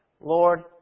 Lord